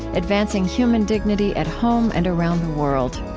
advancing human dignity at home and around the world.